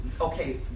Okay